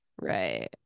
Right